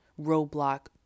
roadblock